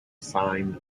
signed